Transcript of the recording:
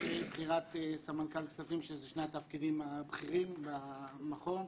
ובחירת סמנכ"ל כספים שזה שני התפקידים הבכירים במכון.